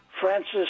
Francis